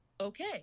okay